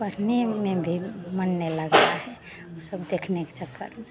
पढ़ने में भी मन नहीं लगता है वह सब देखने के चक्कर में